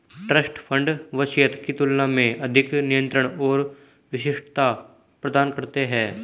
trust fund वसीयत की तुलना में अधिक नियंत्रण और विशिष्टता प्रदान करते हैं